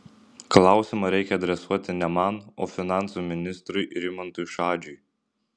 klausimą reikia adresuoti ne man o finansų ministrui rimantui šadžiui